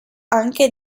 anche